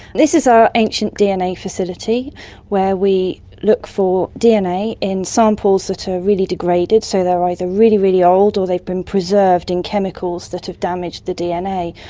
this is our ancient dna facility where we look for dna in samples that are really degraded, so they are either really, really old or they have been preserved in chemicals that have damaged the dna.